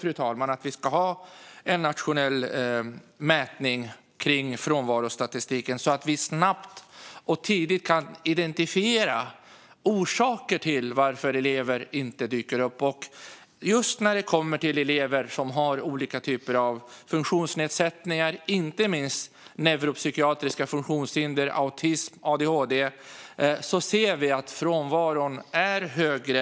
Vi vill att det ska finnas en nationell mätning av frånvarostatistiken så att man snabbt och tidigt kan identifiera orsaker till att elever inte dyker upp. Just när det kommer till elever som har olika typer av funktionsnedsättningar, inte minst neuropsykiatriska funktionshinder, autism och adhd, ser vi att frånvaron är högre.